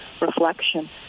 reflection